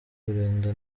kurinda